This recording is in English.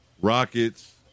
Rockets